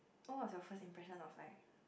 what was your first impression of like